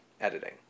editing